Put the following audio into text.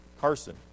Carson